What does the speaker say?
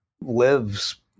lives